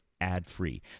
ad-free